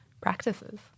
practices